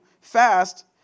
fast